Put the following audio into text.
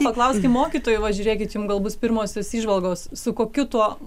paklauskim mokytojų va žiūrėkit jum gal bus pirmosios įžvalgos su kokiu tuo